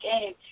game